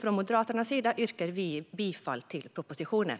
Från Moderaternas sida yrkar vi bifall till propositionen.